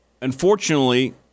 unfortunately